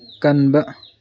ꯀꯟꯕ